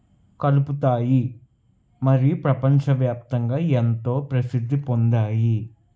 కలుపుతాయి మరి ప్రపంచవ్యాప్తంగా ఎంతో ప్రసిద్ధి పొందాయి